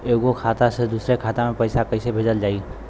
एगो खाता से दूसरा खाता मे पैसा कइसे भेजल जाई?